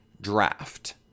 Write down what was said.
draft